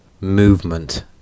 movement